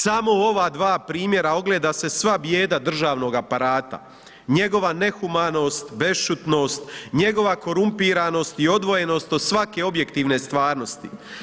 Samo u ova dva primjera ogleda se sva bijeda državnog aparata, njegova nehumanost, bešćutnost, njegova korumpiranost i odvojenost od svake objektivne stvarnosti.